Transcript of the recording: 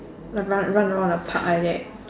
like run run around the park like that